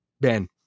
Ben